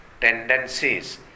tendencies